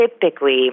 typically